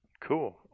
Cool